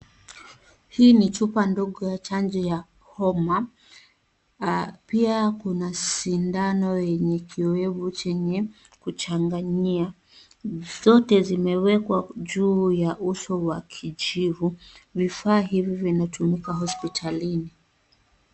Hii ni chupa ndogo ya chanjo ya homa. Pia kuna sindano yenye kioevu chenye kuchanganyia. Zote zimewekwa juu ya uso wa kijivu. Vifaa hivi vinatumika hospitalini.